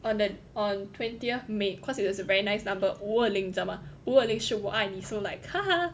on the on twentieth may cause it was very nice number 五二零你知道吗五二零是我爱你 so like haha